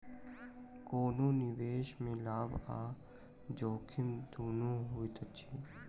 कोनो निवेश में लाभ आ जोखिम दुनू होइत अछि